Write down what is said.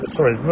Sorry